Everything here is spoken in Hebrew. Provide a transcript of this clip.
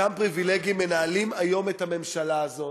אותם פריבילגים מנהלים היום את הממשלה הזאת.